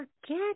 forget